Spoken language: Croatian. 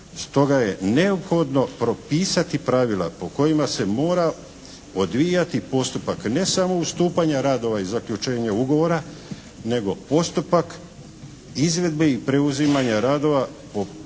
Stoga je neophodno propisati pravila po kojima se mora odvijati postupak ne samo ustupanja radova i zaključenja ugovora nego postupak izvedbe i preuzimanja radova po,